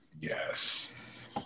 Yes